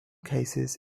cases